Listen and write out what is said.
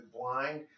blind